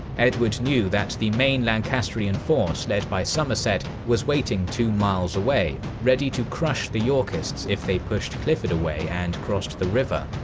edward knew that the main lancastrian forces led by somerset were waiting two miles away, ready to crush the yorkists if they pushed clifford away and crossed the river.